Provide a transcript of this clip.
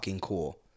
cool